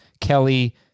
Kelly